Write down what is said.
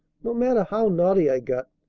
no matter how naughty i got?